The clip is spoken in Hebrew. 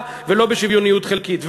ולא בשוויוניות חלקית.